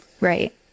Right